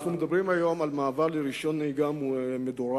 אנחנו מדברים היום על מעבר לרשיון נהיגה מדורג.